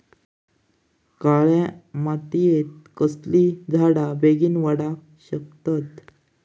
काळ्या मातयेत कसले झाडा बेगीन वाडाक शकतत?